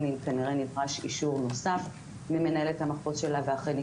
כנראה נדרש אישור נוסף ממנהלת המחוז שלה ואכן היא